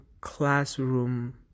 classroom